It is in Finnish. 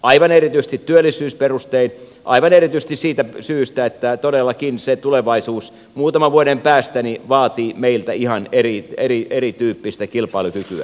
aivan erityisesti työllisyysperustein aivan erityisesti siitä syystä että todellakin se tulevaisuus muutaman vuoden päästä vaatii meiltä ihan erityyppistä kilpailukykyä